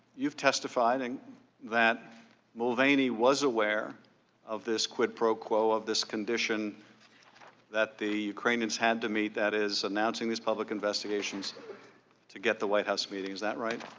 you've testified and that mulvaney was aware of this quid pro quo, of this condition that the ukrainians had to meet that is announcing this public investigations to get the white house meetings, is that right?